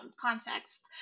context